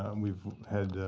um we've had